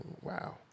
Wow